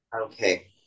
okay